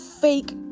fake